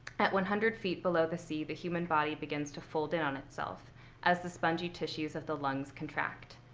at one hundred feet below the sea, the human body begins to fold in on itself as the spongy tissues of the lungs contract.